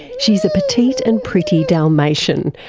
she's a petite and pretty dalmatian,